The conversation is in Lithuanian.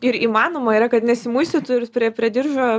ir įmanoma yra kad nesimaisytų ir prie prie diržo